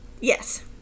Yes